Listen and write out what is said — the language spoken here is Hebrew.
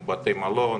עם בתי מלון,